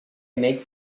make